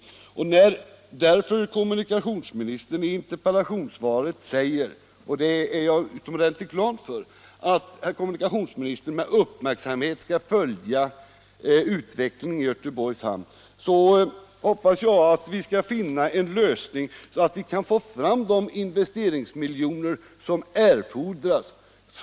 När därför kommunikationsministern i sitt interpellationssvar säger — och det är jag utomordentligt glad för — att han med uppmärksamhet skall följa utvecklingen i Göteborgs hamn, så hoppas jag att vi skall finna en lösning för att få fram de investeringsmiljoner som erfordras.